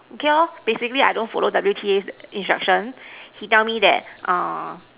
okay lor basically I don't follow W_T_A's instructions he tell me that err